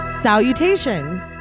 Salutations